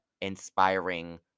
Inspiring